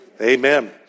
Amen